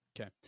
Okay